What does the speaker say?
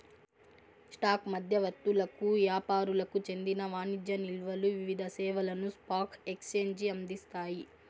stock మధ్యవర్తులకు యాపారులకు చెందిన వాణిజ్య నిల్వలు వివిధ సేవలను స్పాక్ ఎక్సేంజికి అందిస్తాయి